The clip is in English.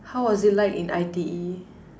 how was it like in I_T_E